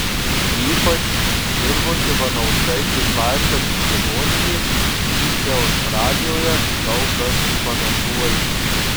ypač jurgos ivanauskaitės laiškas iš ligoninės jį čia australijoje daug kas komentuoja